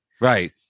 Right